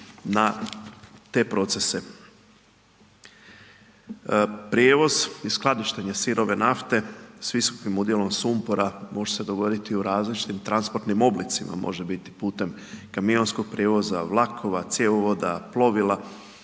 na te procese. Prijevoz i skladištenje sirove nafte s visokim udjelom sumpora može se dogoditi u različitim transportnim oblicima, može biti putem kamionskog prijevoza, vlakova, cjevovoda, plovila.